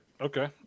Okay